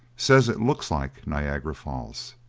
says it looks like niagara falls.